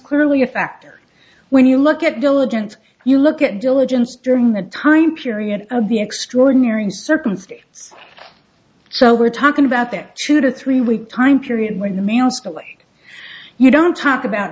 clearly a factor when you look at diligence you look at diligence during the time period of the extraordinary circumstance so we're talking about their two to three week time period when the mail you don't talk about